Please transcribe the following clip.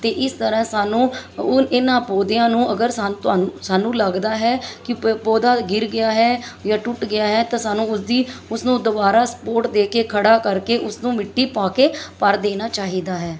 ਅਤੇ ਇਸ ਤਰ੍ਹਾਂ ਸਾਨੂੰ ਉਹ ਇਹਨਾਂ ਪੌਦਿਆਂ ਨੂੰ ਅਗਰ ਸਾਨ ਤੁਹਾਨੂੰ ਸਾਨੂੰ ਲੱਗਦਾ ਹੈ ਕਿ ਪ ਪੌਦਾ ਗਿਰ ਗਿਆ ਹੈ ਜਾਂ ਟੁੱਟ ਗਿਆ ਹੈ ਤਾਂ ਸਾਨੂੰ ਉਸਦੀ ਉਸਨੂੰ ਦੁਬਾਰਾ ਸਪੋਰਟ ਦੇ ਕੇ ਖੜ੍ਹਾ ਕਰਕੇ ਉਸਨੂੰ ਮਿੱਟੀ ਪਾ ਕੇ ਭਰ ਦੇਣਾ ਚਾਹੀਦਾ ਹੈ